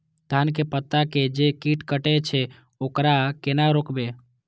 धान के पत्ता के जे कीट कटे छे वकरा केना रोकबे?